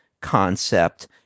concept